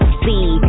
see